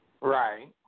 Right